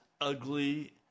ugly